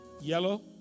yellow